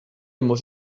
muss